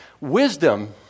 Wisdom